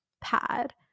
pad